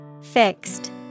Fixed